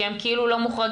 כי הם כאילו לא מוחרגים.